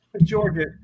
Georgia